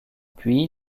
puis